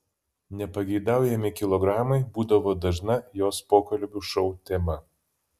nepageidaujami kilogramai būdavo dažna jos pokalbių šou tema